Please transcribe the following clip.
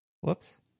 Whoops